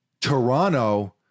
Toronto